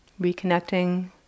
Reconnecting